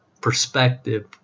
perspective